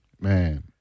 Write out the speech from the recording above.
Man